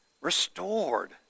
restored